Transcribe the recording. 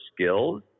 skills